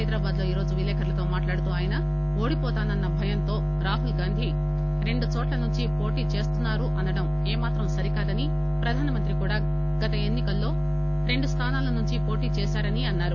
హైదరాబాద్ లో ఈరోజు విలేకర్లతో మాట్లాడుతూ ఆయన ఓడిపోతానన్న భయంతో రాహుల్ గాంధి రెండు చోట్ల పోటీ చేస్తున్నారనడం ఏమాత్రం సరికాదని ప్రధానమంత్రి కూడా గత ఎన్ని కల్లో రెండు స్థానాల నుంచి పోటీ చేశారని అన్నారు